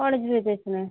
കോളേജിൽ വച്ചുതന്നെ